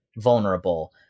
vulnerable